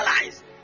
realize